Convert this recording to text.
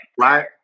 Right